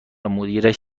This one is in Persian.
مدیرش